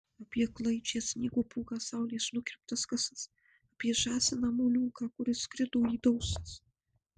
apie klaidžią sniego pūgą saulės nukirptas kasas apie žąsiną moliūgą kur išskrido į dausas